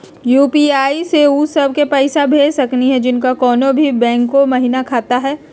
UPI स उ सब क पैसा भेज सकली हई जिनका कोनो भी बैंको महिना खाता हई?